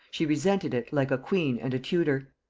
she resented it like a queen and a tudor.